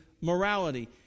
morality